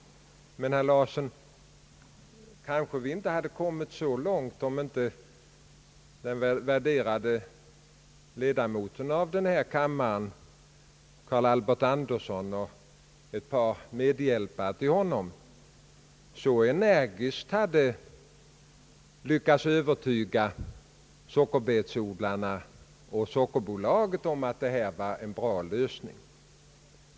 Men, herr Larsson, vi kanske inte hade kommit så långt om inte den värderade ledamoten av denna kammare, herr Carl Albert Anderson, och ett par medhjälpare till honom så energiskt hade lyckats övertyga sockerbetsodlarna och sockerbolaget om att detta var en bra lösning.